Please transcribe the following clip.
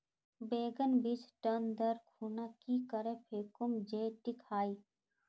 बैगन बीज टन दर खुना की करे फेकुम जे टिक हाई?